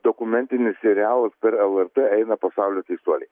dokumentinis serialas per lrt eina pasaulio teisuoliai